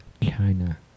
China